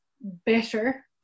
better